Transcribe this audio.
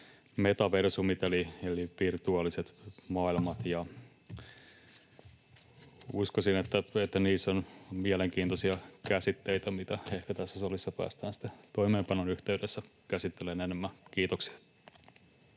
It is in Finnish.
metaversumit eli virtuaaliset maailmat. Uskoisin, että niissä on mielenkiintoisia käsitteitä, mitä ehkä tässä salissa päästään sitten toimeenpanon yhteydessä käsittelemään enemmän. — Kiitoksia.